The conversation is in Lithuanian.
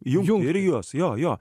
jungt ir juos jo jo